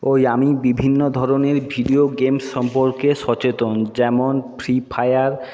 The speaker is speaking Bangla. ওই আমি বিভিন্ন ধরণের ভিডিও গেম সম্পর্কে সচেতন যেমন ফ্রি ফায়ার